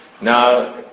now